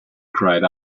cried